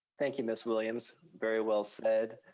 thank you, ms. williams, very well said.